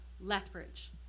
Lethbridge